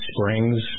Springs